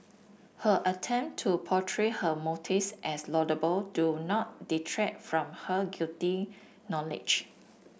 her attempt to portray her motives as laudable do not detract from her guilty knowledge